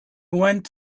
went